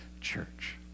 church